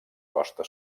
costa